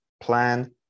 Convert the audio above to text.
plan